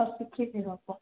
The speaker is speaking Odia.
ହଁ ଶୁଖିଯିବ ପ